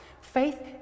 Faith